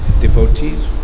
devotees